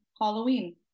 Halloween